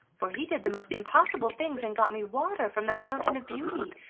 for he did the most impossible things and got me water from the fountain of beauty,